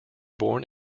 born